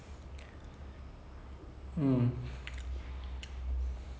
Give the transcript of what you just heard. mm so what's your favourite english movie then